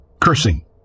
Cursing